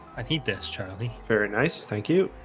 i need this charlie. very nice. thank you